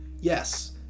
Yes